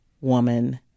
woman